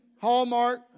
Hallmark